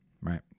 Right